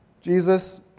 Jesus